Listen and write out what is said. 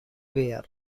wear